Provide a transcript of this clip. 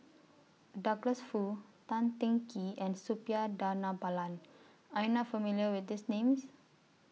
Douglas Foo Tan Teng Kee and Suppiah Dhanabalan Are YOU not familiar with These Names